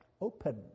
open